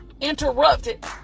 interrupted